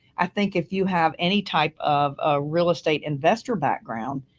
i think if you have any type of a real estate investor background,